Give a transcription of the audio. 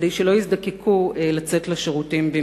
כדי שלא יזדקקו לצאת לשירותים.